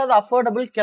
affordable